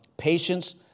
patience